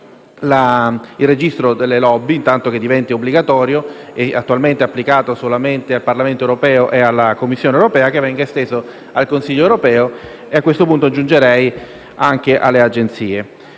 il registro delle *lobby*, intanto che esso diventi obbligatorio, essendo attualmente applicato solo al Parlamento europeo e alla Commissione europea; si chiede che venga esteso anche al Consiglio europeo e, a questo punto, aggiungerei anche alle Agenzie.